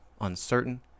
uncertain